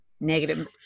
negative